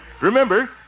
Remember